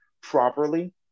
properly